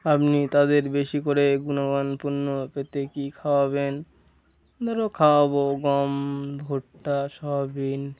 আপনি তাদের বেশি করে গুণমানপূর্ণ পেতে কী খাওয়াবেন ধরো খাওয়াব গম ভুট্টা সয়াবিন